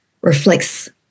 reflects